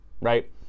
right